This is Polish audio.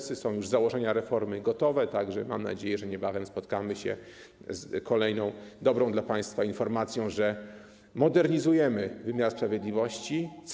Są już gotowe założenia reformy, tak że mam nadzieję, że niebawem spotkamy się z kolejną, dobrą dla państwa informacją, że modernizujemy wymiar sprawiedliwości.